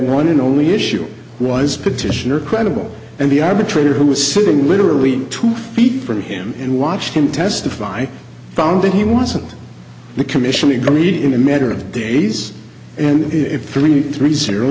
one and only issue was petitioner credible and the arbitrator who was sitting literally two feet from him and watched him testify found that he wasn't the commission agreed in a matter of days and if three three zero